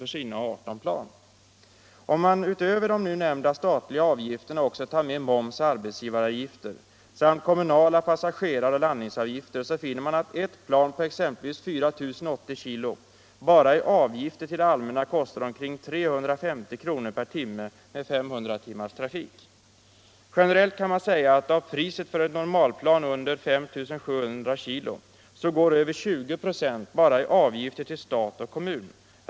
för sina 18 plan. Om man utöver de nu nämnda statliga avgifterna också tar med moms och arbetsgivaravgifter samt kommunala passageraroch landningsavgifter finner man att ett plan på exempelvis 4080 kg bara i avgifter till det allmänna kostar omkring 350 kr. per timme med 500 timmars trafik. Generellt kan man säga att av priset för resa med ett normalplan under 5 700 kg går 20 "., bara i avgifter till stat och kommun.